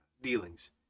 dealings